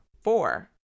four